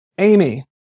Amy